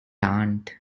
aunt